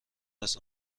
است